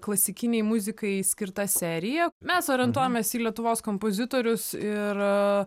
klasikinei muzikai skirtą seriją mes orientuojamės į lietuvos kompozitorius ir